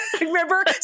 remember